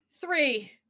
Three